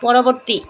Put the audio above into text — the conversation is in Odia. ପରବର୍ତ୍ତୀ